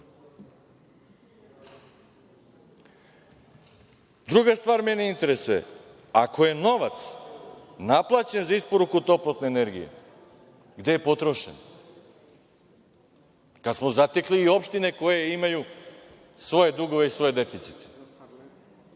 stvar mene interesuje, ako je novac naplaćen za isporuku toplotne energije, gde je potrošen, kad smo zatekli i opštine koje imaju svoje dugove i svoje deficite?